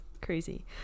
crazy